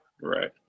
Right